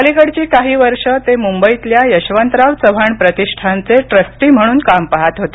अलीकडची काही वर्ष ते मुंबईतल्या यशवंतराव चव्हाण प्रतिष्ठानचे ट्रस्टी म्हणून काम पाहात होते